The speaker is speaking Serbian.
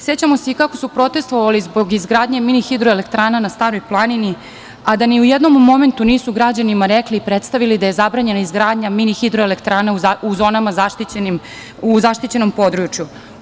Sećamo se i kako su protestovali zbog izgradnje mini hidroelektrana na Staroj planini, a da ni u jednom momentu nisu građanima rekli i predstavili da je zabranjena izgradnja mini hidroelektrana u zaštićenom području.